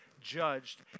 Judged